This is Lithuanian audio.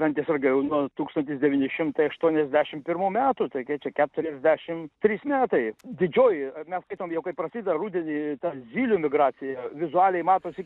ventės rage jau nuo tūkstantis devyni šimtai aštuoniasdešimt pirmų metų tai kiek čia keturiasdešimt trys metai didžioji mes skaitom jau kai prasideda rudenį ta zylių migracija vizualiai matosi